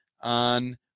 on